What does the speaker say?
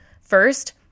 First